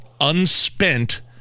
unspent